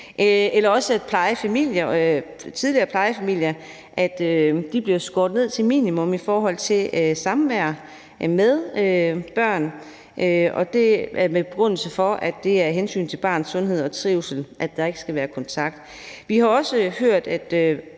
tidligere plejefamilier bliver skåret ned til et minimum i forhold til samværet med børnene, og det er med den begrundelse, at det er af hensyn til barnets sundhed og trivsel, at der ikke skal være kontakt. Vi har også hørt, at